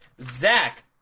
Zach